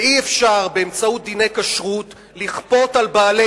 ואי-אפשר באמצעות דיני כשרות לכפות על בעלי